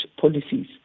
policies